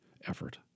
effort